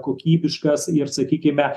kokybiškas ir sakykime